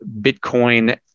Bitcoin